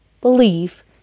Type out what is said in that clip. believe